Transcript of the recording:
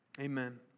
Amen